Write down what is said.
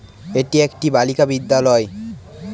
এটি একটি বালিকা বিদ্যালয়